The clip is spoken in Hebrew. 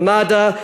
במד"א,